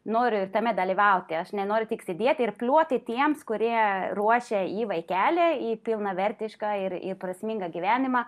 noriu ir tame dalyvauti aš nenoriu tik sėdėti ir kliuoti tiems kurie ruošia į vaikelį į pilnavertišką ir į prasmingą gyvenimą